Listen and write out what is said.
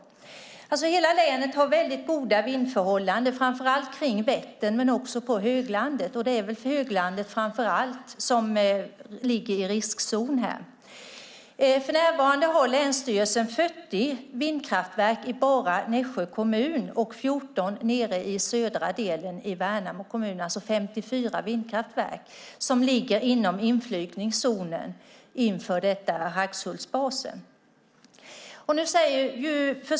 Hela länet har väldigt goda vindförhållanden, framför allt kring Vättern men också på höglandet. Det är väl framför allt höglandet som finns i riskzonen. För närvarande har länsstyrelsen 40 vindkraftverk bara i Nässjö kommun och 14 vindkraftverk nere i södra delen, i Värnamo kommun - alltså 54 vindkraftverk - inom inflygningszonen vid Hagshultsbasen.